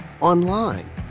online